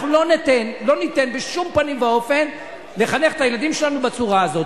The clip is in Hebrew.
אנחנו לא ניתן בשום פנים ואופן לחנך את הילדים שלנו בצורה הזאת.